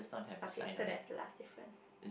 okay so that's the last difference